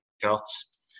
charts